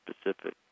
specific